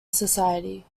society